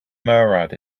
murad